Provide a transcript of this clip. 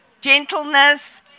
gentleness